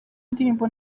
indirimbo